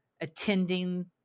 attending